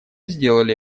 сделали